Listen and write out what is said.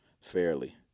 fairly